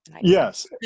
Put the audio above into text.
Yes